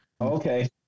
Okay